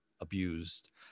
abused